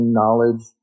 knowledge